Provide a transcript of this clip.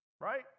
right